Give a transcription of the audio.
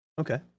Okay